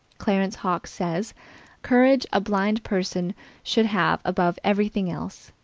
clarence hawkes says courage a blind person should have above everything else.